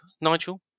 Nigel